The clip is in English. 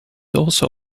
also